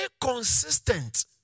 consistent